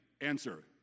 Answer